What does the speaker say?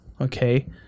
okay